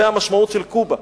זה המשמעות של "קובה".